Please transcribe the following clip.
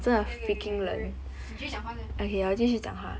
okay okay okay wait wait wait 你继续讲话先